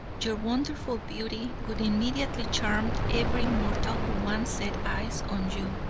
your wonderful beauty would immediately charm every mortal who once set eyes on you.